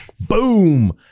boom